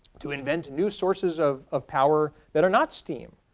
to invent new sources of of power that are not steam?